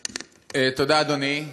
תודה, אדוני.